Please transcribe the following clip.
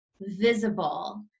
visible